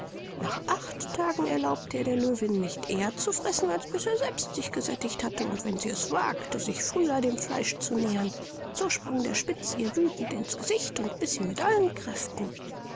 nach acht tagen erlaubte er der löwin nicht eher zu fressen als bis er selbst sich gesättigt hatte und wenn sie es wagte sich früher dem fleisch zu nähern so sprang der spitz ihr wüthend in's gesicht und biß sie mit allen kräften